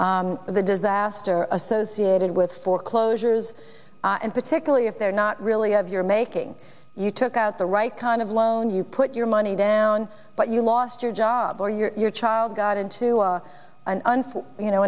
the disaster associated with foreclosures and particularly if they're not really of your making you took out the right kind of loan you put your money down but you lost your job or your child got into a an unfair you know